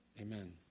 amen